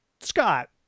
Scott